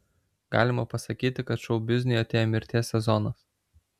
galima pasakyti kad šou bizniui atėjo mirties sezonas